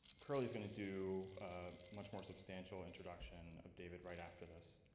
curlee is gonna do a much more substantial introduction of david right after this,